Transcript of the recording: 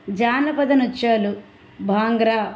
జానపద నృత్యాలు బాంగ్రా